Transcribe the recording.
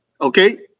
Okay